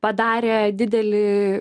padarę didelį